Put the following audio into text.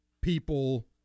people